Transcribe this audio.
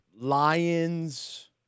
Lions